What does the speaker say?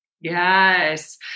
Yes